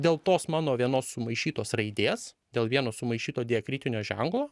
dėl tos mano vienos sumaišytos raidės dėl vieno sumaišyto diakritinio ženklo